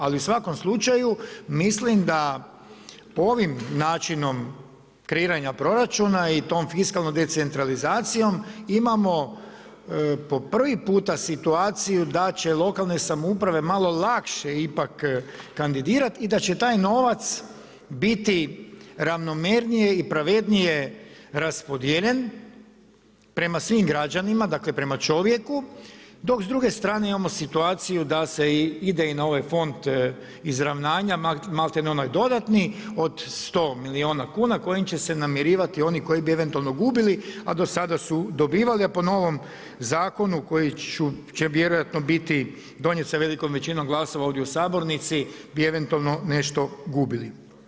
Ali u svakom slučaju mislim da ovim načinom kreiranja proračuna i tom fiskalnom decentralizacijom imamo po prvi puta situaciju da će lokalne samouprave malo lakše ipak kandidirat i da će taj novac biti ravnomjernije i pravednije raspodijeljen prema svim građanima, dakle prema čovjeku dok s druge strane imamo situaciju da se ide i na ovaj fond izravnanja malte ne onaj dodatni od 100 milijuna kuna koji će se namirivati oni koji bi eventualno gubili, a do sada su dobivali, a po novom zakonu koji će vjerojatno biti donijet sa velikom većinom glasova ovdje u sabornici bi eventualno nešto gubili.